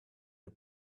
the